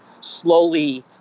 slowly